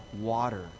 water